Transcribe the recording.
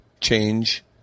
change